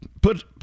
put